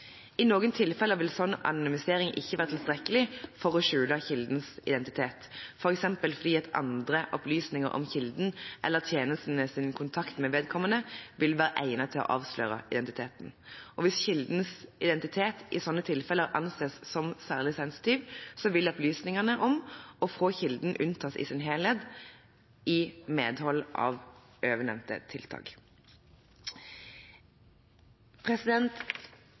I noen tilfeller vil slik anonymisering ikke være tilstrekkelig til å skjule kildens identitet, f.eks. fordi andre opplysninger om kilden eller tjenestens kontakt med vedkommende vil være egnet til å avsløre identiteten. Hvis kildens identitet i slike tilfeller anses som særlig sensitiv, vil opplysningene om og fra kilden unntas i sin helhet i medhold av ovennevnte